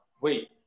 wait